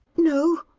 no,